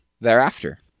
thereafter